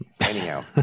Anyhow